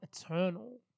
eternal